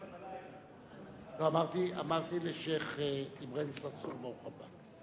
לא, אמרתי לשיח' אברהים צרצור ברוך הבא.